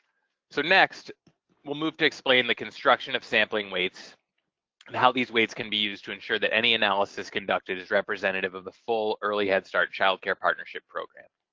so next we'll move to explain the construction of sampling weights and how these weights can be used to ensure that any analysis conducted is representative of the full early head start-child care partnership program.